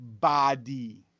body